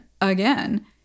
again